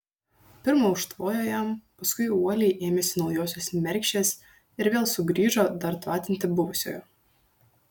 pirma užtvojo jam paskui uoliai ėmėsi naujosios mergšės ir vėl sugrįžo dar tvatinti buvusiojo